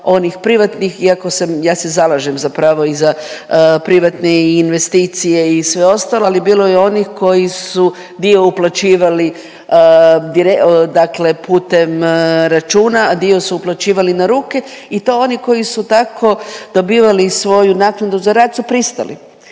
onih privatnih, iako sam, ja se zalažem zapravo i za privatne investicije i sve ostalo, ali bilo je onih koji su dio uplaćivali dakle putem računa, a dio su uplaćivali na ruke i to oni koji su tako dobivali svoju naknadu za rad su pristali.